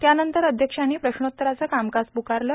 त्यानंतर अध्यक्षांनी प्रश्नोत्तराचं कामकाज पुकारलं